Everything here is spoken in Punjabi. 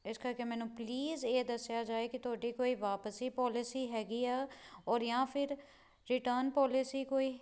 ਇਸ ਕਰਕੇ ਮੈਨੂੰ ਪਲੀਜ਼ ਇਹ ਦੱਸਿਆ ਜਾਵੇ ਕਿ ਤੁਹਾਡੀ ਕੋਈ ਵਾਪਸੀ ਪੋਲਿਸੀ ਹੈਗੀ ਆ ਔਰ ਜਾਂ ਫਿਰ ਰਿਟਰਨ ਪੋਲਿਸੀ ਕੋਈ